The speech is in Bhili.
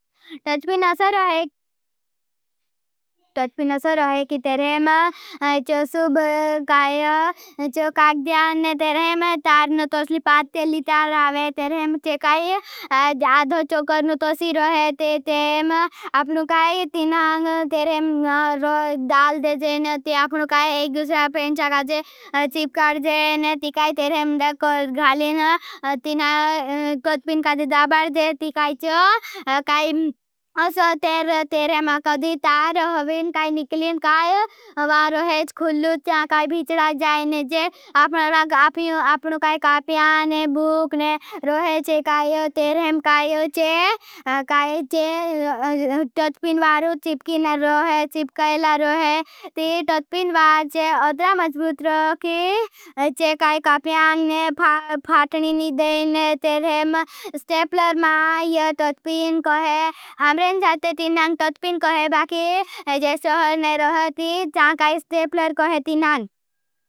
टॉच्पिन असर हो है। कि तरहें चो काक दियान तरहें तोसली पात टेली तर आवे तरहें चे। काई जाधो चोकर नो तोसी रोहे। ते तरहें आपनो काई तीनां तरहें डाल देजेन। ती आपनो काई एक दूसरा पेंचा काजे चीप काड़ जेन ती काई तरहें डेखालिन। त तॉच्पिन काई जाबर जे ती काई चो काई असर तरहें तरहें काई निकलिन काई वा रोहेश खुलूच चाए। काई भीचड़ा जाएन चे आपनो काई कापयां ने बूक ने रोहेश चे। काई तरहें काई चे तॉच्पिन वारोज चिपकीन ने रोहेश चिपकेला रोहे ती तॉच्पिन वार। जे अतरा मजबूत रोखी चे काई कापयां ने फाठणी नी दें। तरहें स्टेपलर मा या तॉच्पिन कोई हम रेन जालते जी नां तोच्पिन कोई बाकी जे सहर ने रोह थी। जाएन काई स्टेपलर कोई जी नां।